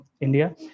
India